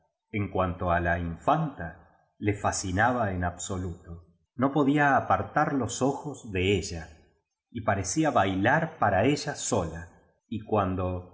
en cuanto a la infanta le fascinaba en absoluto jío podía apartar los ojos de ella y parecía bailar para ella sola y cuando al